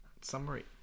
summary